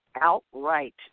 outright